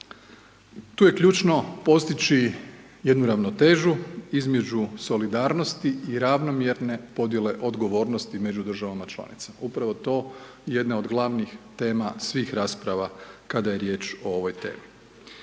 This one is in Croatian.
Tu je ključno postići jednu ravnotežu između solidarnosti i ravnomjerne podjele odgovornosti među državama članicama. Upravo to, jedne od glavnih tema svih rasprava kada je riječ o ovoj temi.